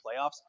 playoffs